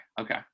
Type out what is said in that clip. okay